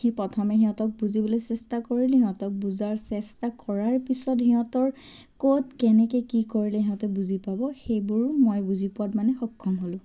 সেই প্ৰথমে সিহঁতক বুজিবলৈ চেষ্টা কৰিলোঁ সিহঁতক বুজাৰ চেষ্টা কৰাৰ পিছত সিহঁতৰ ক'ত কেনেকৈ কি কৰিলে সিহঁতে বুজি পাব সেইবোৰ মই বুজি পোৱাত মানে সক্ষম হ'লোঁ